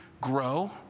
grow